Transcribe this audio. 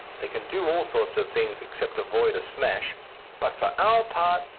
they can do all sorts of things except avoid a smash but, for our part,